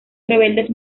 rebeldes